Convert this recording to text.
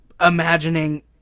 imagining